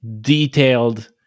detailed